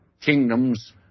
kingdoms